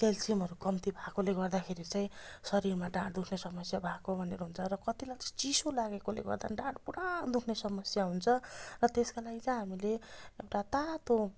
क्यालसियमहरू कम्ती भएकोले गर्दाखेरि चाहिँ शरीरमा ढाड दुख्ने समस्या भएको भनोर हुन्छ र कतिलाई चाहिँ चिसो लागेकोले गर्दा नि ढाड पुरा दुख्ने समस्या हुन्छ र त्यसको लागि चाहिँ हामीले एउटा तातो